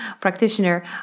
practitioner